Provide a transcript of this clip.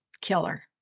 killer